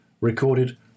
recorded